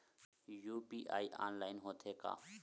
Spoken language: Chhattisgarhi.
यू.पी.आई ऑनलाइन होथे का?